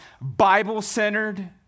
Bible-centered